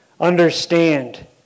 understand